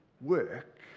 work